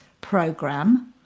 program